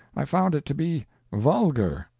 i found it to be vulgar,